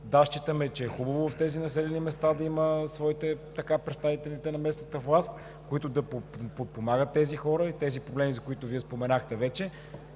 Да, считаме, че е хубаво тези населени места да имат своите представители на местната власт, които да подпомагат тези хора в тези проблеми, за които Вие вече споменахте.